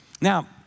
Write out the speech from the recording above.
Now